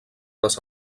les